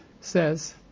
says